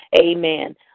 Amen